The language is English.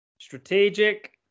Strategic